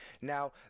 Now